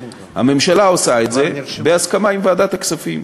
הממשלה עושה את זה בהסכמה עם ועדת הכספים.